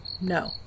no